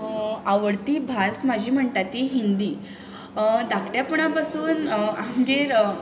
आवडटी भास म्हजी म्हणटा ती हिंदी धाकट्यापणा पासून आमगेर